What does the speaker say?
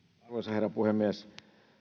herra puhemies